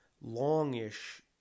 longish